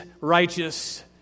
righteous